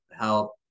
help